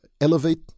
elevate